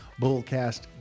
Bullcast